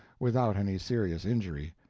without any serious injury.